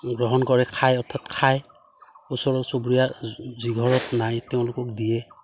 গ্ৰহণ কৰে খাই অৰ্থাৎ খাই ওচৰ চুবুৰীয়া যি ঘৰত নাই তেওঁলোকক দিয়ে